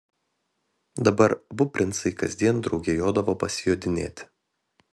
dabar abu princai kasdien drauge jodavo pasijodinėti